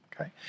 okay